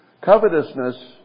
Covetousness